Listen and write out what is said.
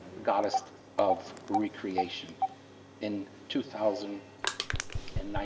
goddess of recreation in two thousand and